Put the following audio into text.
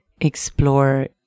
explore